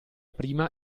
prima